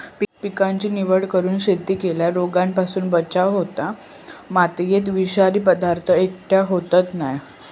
पिकाची निवड करून शेती केल्यार रोगांपासून बचाव होता, मातयेत विषारी पदार्थ एकटय होयत नाय